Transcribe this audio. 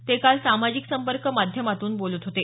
ते काल सामाजिक संपर्क माध्यमातून बोलत होते